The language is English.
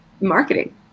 marketing